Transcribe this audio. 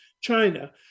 China